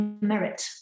Merit